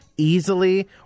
easily